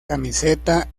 camiseta